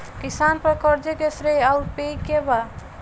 किसान पर क़र्ज़े के श्रेइ आउर पेई के बा?